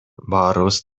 баарыбыз